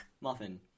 Muffin